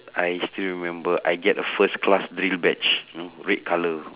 I still remember I get a first class drill badge you know red color